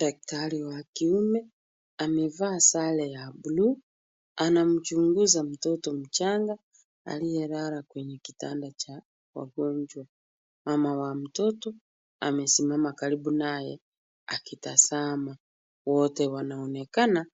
Daktari wa kiume amevaa sare ya blue , anamchunguza mtoto mchanga, aliyelala kwenye kitanda cha wagonjwa. Mama wa mtoto amesimama karibu naye, akitazama. Wote wanaonekana